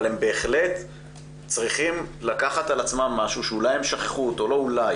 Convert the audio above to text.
אבל הם בהחלט צריכים לקחת על עצמם משהו שאולי הם שכחו אותו לא אולי,